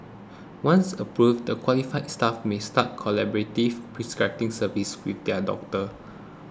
once approved the qualified staff may start collaborative prescribing services with their doctors